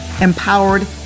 empowered